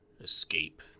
escape